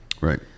Right